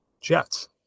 Jets